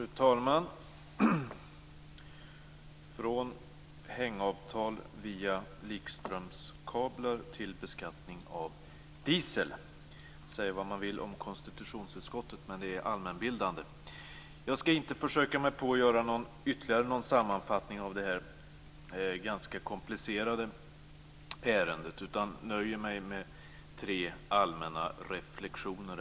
Fru talman! Från hängavtal via likströmskablar till beskattning av diesel! Säga vad man vill om konstitutionsutskottet, men det är allmänbildande! Jag skall inte försöka mig på att göra ytterligare någon sammanfattning av detta ganska komplicerade ärende, utan jag nöjer mig med tre allmänna reflexioner.